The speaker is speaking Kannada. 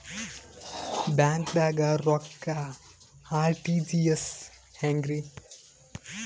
ಬ್ಯಾಂಕ್ದಾಗ ರೊಕ್ಕ ಆರ್.ಟಿ.ಜಿ.ಎಸ್ ಹೆಂಗ್ರಿ?